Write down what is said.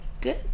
good